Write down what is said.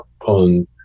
on